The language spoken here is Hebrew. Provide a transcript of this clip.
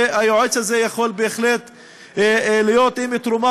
והיועץ הזה יכול בהחלט להיות תרומה